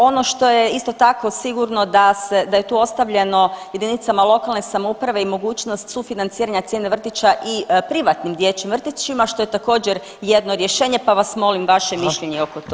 Ono što je isto tako sigurno da je tu ostavljeno jedinicama lokalne samouprave i mogućnost sufinanciranja cijene vrtića i privatnim dječjim vrtićima što je također jedno rješenje, pa vas molim vaše mišljenje oko toga.